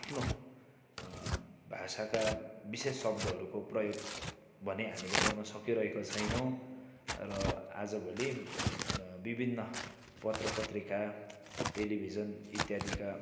आफ्नो भाषाका विशेष शब्दहरूको प्रयोग भने हामीले गर्न सकिरहेका छैनौँ र आजभोलि विभिन्न पत्रपत्रिका टेलिभिजन इत्यादिका